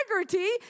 integrity